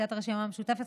סיעת הרשימה המשותפת,